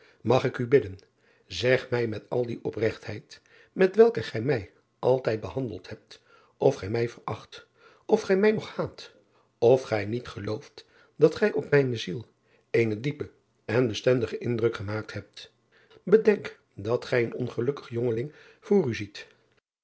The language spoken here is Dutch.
mag ik u bidden zeg mij met al die opregtheid met welke gij mij altijd behandeld hebt of gij mij veracht of gij mij nog haat of gij niet ge driaan oosjes zn et leven van aurits ijnslager looft dat gij op mijne ziel een diepen en bestendigen indruk gemaakt hebt edenk dat gij een ongelukkig jongeling voor u ziet